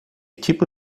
tipo